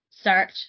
Search